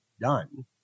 done